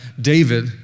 David